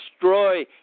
destroy